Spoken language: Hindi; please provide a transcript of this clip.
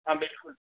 हाँ बिल्कुल